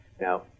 Now